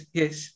yes